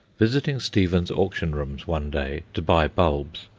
visiting stevens' auction rooms one day to buy bulbs,